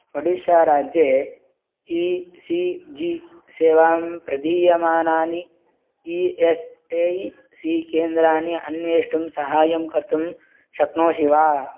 ओडिशाराज्ये E C G सेवां प्रदीयमानानि E S I C केन्द्राणि अन्वेष्टुं सहायं कर्तुं शक्नोषि वा